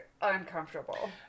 uncomfortable